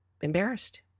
embarrassed